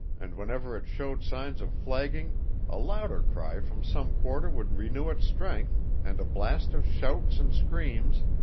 and whenever it showed signs of flagging a louder cry from some quarter would renew its strength, and a blast of shouts and screams,